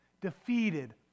defeated